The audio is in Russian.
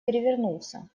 перевернулся